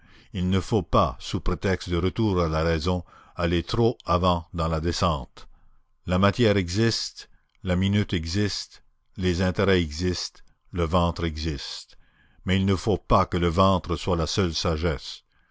il ne faut pas sous prétexte de retour à la raison aller trop avant dans la descente la matière existe la minute existe les intérêts existent le ventre existe mais il ne faut pas que le ventre soit la seule sagesse